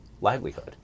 livelihood